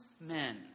men